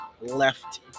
left